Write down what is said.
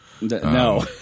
No